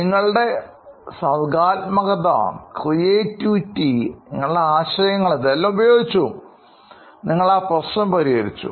നിങ്ങളുടെ സർഗാത്മകത നിങ്ങളുടെ ആശയങ്ങൾ അതെല്ലാം ഉപയോഗിച്ചിട്ടു നിങ്ങൾ ആ പ്രശ്നം പരിഹരിച്ചു